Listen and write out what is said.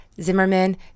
Zimmerman